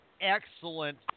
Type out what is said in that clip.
excellent